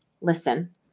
listen